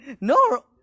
No